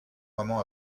maman